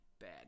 bad